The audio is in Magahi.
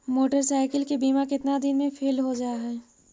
मोटरसाइकिल के बिमा केतना दिन मे फेल हो जा है?